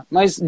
Mas